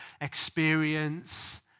experience